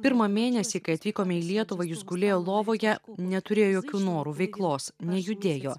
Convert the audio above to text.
pirmą mėnesį kai atvykome į lietuvą jis gulėjo lovoje neturėjo jokių norų veiklos nejudėjo